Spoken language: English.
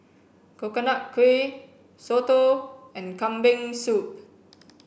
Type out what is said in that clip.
Coconut Kuih Soto and kambing soup